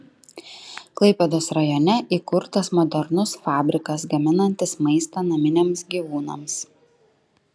klaipėdos rajone įkurtas modernus fabrikas gaminantis maistą naminiams gyvūnams